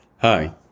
Hi